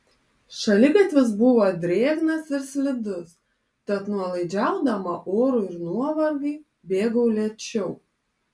šaligatvis buvo drėgnas ir slidus tad nuolaidžiaudama orui ir nuovargiui bėgau lėčiau